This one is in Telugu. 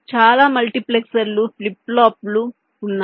చాలా మల్టీప్లెక్సర్లు ఫ్లిప్ ఫ్లాప్స్ ఉన్నాయి